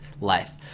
life